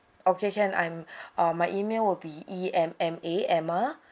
okay can I'm uh my email will be E M M A emma